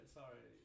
sorry